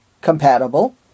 compatible